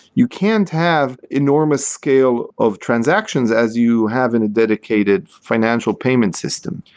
you can't have enormous scale of transactions as you have in a dedicated financial payment system.